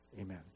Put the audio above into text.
Amen